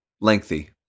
lengthy